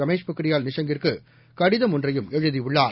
ரமேஷ் பொக்ரியால் நிஷாங் கிற்கு கடிதம் ஒன்றையும் எழுதியுள்ளார்